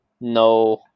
No